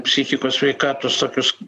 psichikos sveikatos tokius